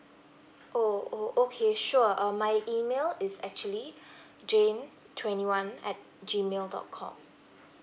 oh oh okay sure um my email is actually jane twenty one at G mail dot com